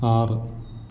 ആറ്